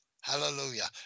Hallelujah